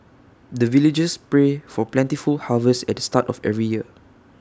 the villagers pray for plentiful harvest at the start of every year